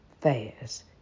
fast